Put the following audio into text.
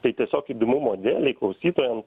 tai tiesiog įdomumo dėlei klausytojam